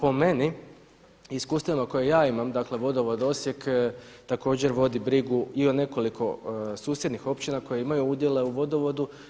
Po meni i iskustvima koje ja imam, dakle Vodovod Osijek također vodi brigu i o nekoliko susjednih općina koje imaju udjele u vodovodu.